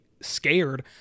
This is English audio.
scared